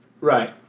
Right